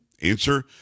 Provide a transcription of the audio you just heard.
answer